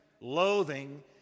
loathing